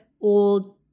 old